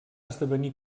esdevenir